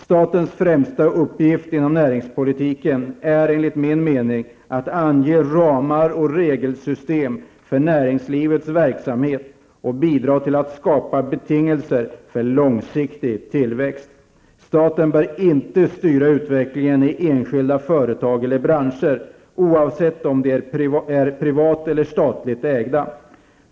Statens främsta uppgift inom näringspolitiken är enligt min mening att ange ramar och regelsystem för näringslivets verksamhet och bidra till att skapa betingelser för långsiktig tillväxt. Staten bör inte styra utvecklingen i enskilda företag eller branscher oavsett om de är privat eller statligt ägda.